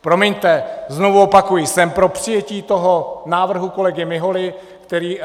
Promiňte, znovu opakuji, jsem pro přijetí toho návrhu kolegy Miholy, který